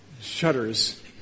shudders